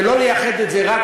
ולא לייחד את זה רק,